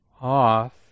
off